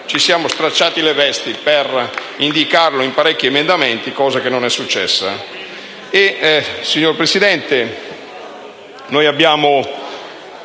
ci siamo stracciati le vesti per indicarlo in parecchi emendamenti, non è stato